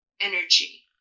energy